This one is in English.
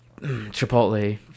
chipotle